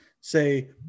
say